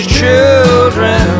children